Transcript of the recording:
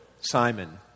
Simon